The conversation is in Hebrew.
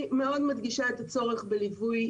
מדגישה את הצורך בליווי